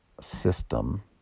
system